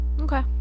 okay